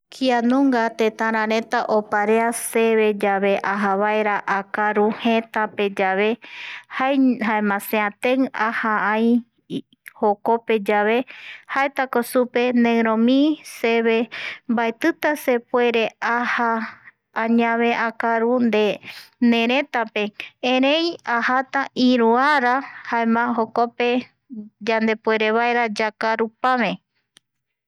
﻿Kianunga tetarareta oparea seve yave ajavaera akaru jetapeyave jaen, jaema seatei aja ai jokopeyave, jaetako supe ñeirom seve, mbaetita sepuere aja añave akaru nde neretape erei ajataaa iru ara jaema jokope yandepuerevaera yakaru pave